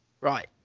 Right